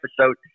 episode